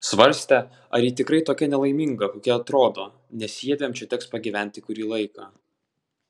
svarstė ar ji tikrai tokia nelaiminga kokia atrodo nes jiedviem čia teks pagyventi kurį laiką